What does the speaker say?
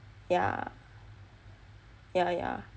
yah yah yah